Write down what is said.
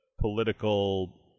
political